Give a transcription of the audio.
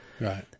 Right